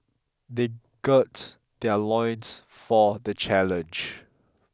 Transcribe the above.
they gird their loins for the challenge